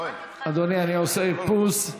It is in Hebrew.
אני עושה איפוס.